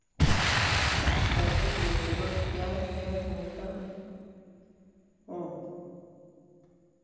पशु के पुरक क्या क्या होता हो?